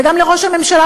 וגם לראש הממשלה,